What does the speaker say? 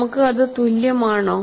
നമുക്ക് അത് തുല്യമാണോ